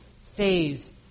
saves